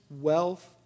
wealth